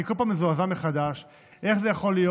אני כל פעם מזועזע מחדש איך זה יכול להיות